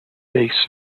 bass